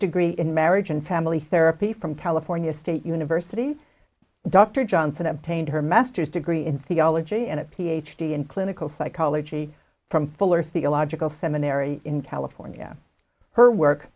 degree in marriage and family therapy from california state university dr johnson obtained her masters degree in theology and a ph d in clinical psychology from fuller theological seminary in california her work